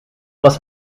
was